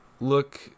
look